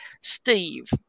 steve